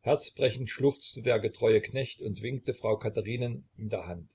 herzbrechend schluchzte der getreue knecht und winkte frau katherinen mit der hand